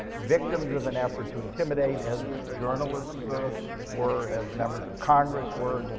victims of an effort to intimidate, as journalists so were as members of congress were.